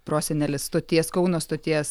prosenelis stoties kauno stoties